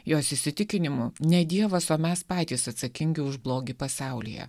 jos įsitikinimu ne dievas o mes patys atsakingi už blogį pasaulyje